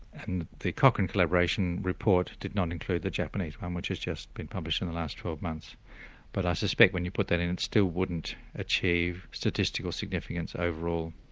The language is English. and the cochrane collaboration report did not include the japanese one which has just been published in the last twelve months but i suspect when you put that in it still wouldn't achieve statistical significance overall.